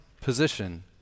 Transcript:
position